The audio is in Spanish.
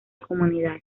comunidad